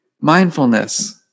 mindfulness